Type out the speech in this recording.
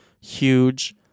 huge